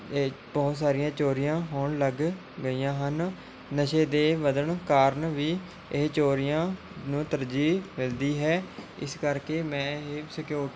ਇਹ ਬਹੁਤ ਸਾਰੀਆਂ ਚੋਰੀਆਂ ਹੋਣ ਲੱਗ ਗਈਆਂ ਹਨ ਨਸ਼ੇ ਦੇ ਵੱਧਣ ਕਾਰਨ ਵੀ ਇਹ ਚੋਰੀਆਂ ਨੂੰ ਤਰਜੀਹ ਮਿਲਦੀ ਹੈ ਇਸ ਕਰਕੇ ਮੈਂ ਇਹ ਸਿਕਿਉਰ